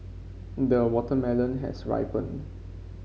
the watermelon has ripened